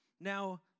Now